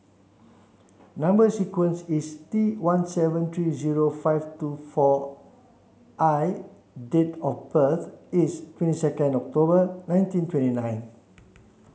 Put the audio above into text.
number sequence is T one seven three zero five two four I date of birth is twenty second October nineteen twenty nine